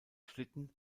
schlitten